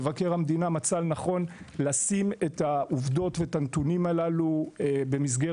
מבקר המדינה מצא לנכון לשים את העובדות ואת הנתונים הללו במסגרת